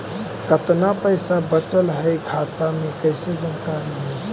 कतना पैसा बचल है खाता मे कैसे जानकारी ली?